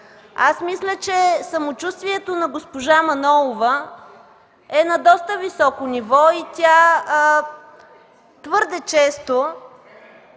Мисля, че самочувствието на госпожа Манолова е на доста високо ниво и тя твърде често